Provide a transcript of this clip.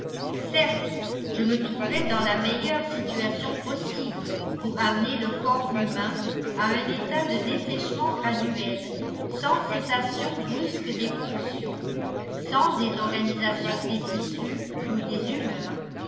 certes je me trouvais dans la meilleure situation possible pour amener le corps humain à un état de dessèchement graduel sans cessation brusque des fonctions sans désorganisation des tissus ou des humeurs